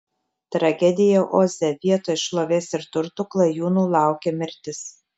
tragedija oze vietoj šlovės ir turtų klajūnų laukė mirtis